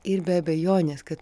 ir be abejonės kad